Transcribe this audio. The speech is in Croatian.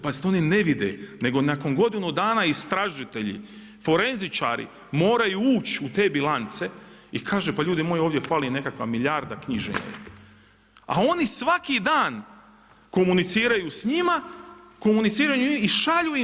Pazite oni ne vide nego nakon godinu dana istražitelji, forenzičari moraju ući u te bilance i kaže, pa ljudi moji ovdje fali nekakva milijarda knjiženja a oni svaki dan komuniciraju s njima, komuniciraju i šalju im.